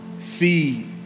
see